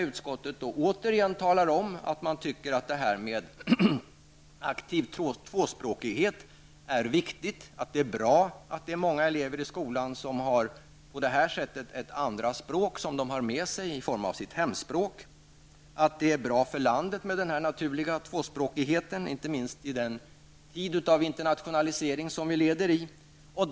Utskottet talar återigen om att man tycker att det är viktigt med aktiv tvåspråkighet, att det är bra att många elever i skolan har ett andra språk med sig i form av sitt hemspråk, att det är bra för landet med den naturliga tvåspråkigheten, inte minst i den tid av internationalisering som vi lever i.